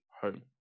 home